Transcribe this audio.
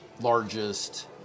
largest